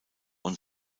und